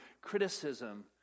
criticism